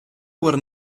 were